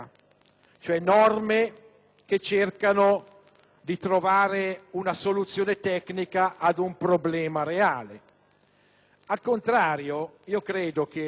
politica, che cerca cioè di trovare una soluzione tecnica ad un problema reale. Al contrario, credo che